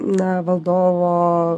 na valdovo